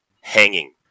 Hanging